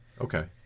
Okay